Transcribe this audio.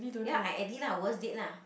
ya I edit lah worst date lah